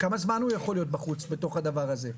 כמה זמן הוא יכול להיות בחוץ בתוך הדבר הזה?